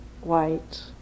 white